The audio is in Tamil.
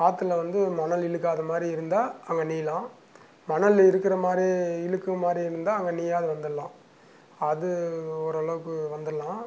ஆற்றுல வந்து மணல் இழுக்காத மாதிரி இருந்தால் அங்கே நீயலாம் மணல் இருக்கிற மாதிரி இழுக்கிற மாதிரி இருந்தால் அங்கே நீயாது வந்துடலாம் அது ஓரளவுக்கு வந்துடலாம்